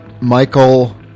Michael